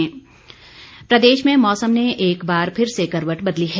मौसम प्रदेश में मौसम ने एक बार फिर से करवट बदली है